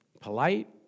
polite